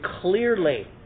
clearly